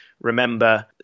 remember